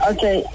Okay